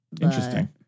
Interesting